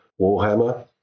Warhammer